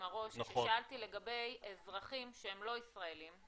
הראש כששאלתי לגבי אזרחים שהם לא ישראלים,